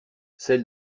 celles